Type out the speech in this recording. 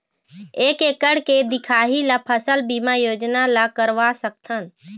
एक एकड़ के दिखाही ला फसल बीमा योजना ला करवा सकथन?